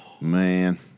man